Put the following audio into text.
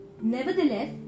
Nevertheless